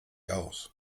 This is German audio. aus